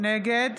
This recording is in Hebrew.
נגד